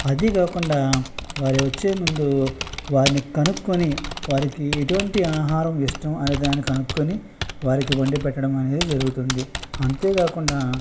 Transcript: అదీ కాకుండా వారి వచ్చే ముందు వారిని కనుక్కొని వారికి ఎటువంటి ఆహారం ఇష్టం అనేదాన్ని కనుక్కొని వారికి వండి పెట్టడం అనేది జరుగుతుంది అంతేకాకుండా